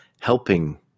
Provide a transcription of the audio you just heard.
helping